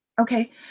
Okay